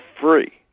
free